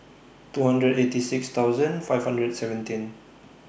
two hundred eighty six thousand five hundred and seventeen